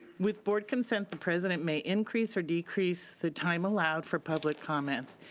with board consent, the president may increase or decrease the time allowed for public comments.